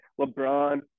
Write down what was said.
LeBron